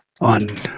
on